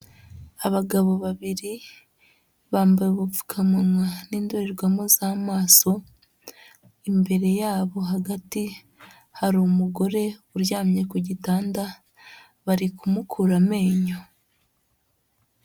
Abagabo babiri bambaye ubupfukamunwa n'indorerwamo z'amaso, imbere yabo hagati hari umugore uryamye ku gitanda bari kumukura amenyo.